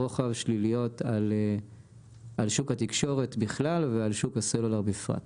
שליליות על שוק התקשורת בכלל ועל שוק הסלולר בפרט.